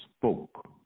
spoke